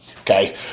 Okay